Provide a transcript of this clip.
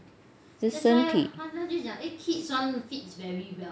只是身体